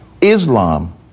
Islam